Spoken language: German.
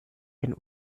denn